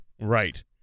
Right